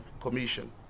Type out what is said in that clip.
Commission